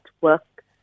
work